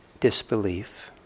disbelief